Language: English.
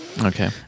Okay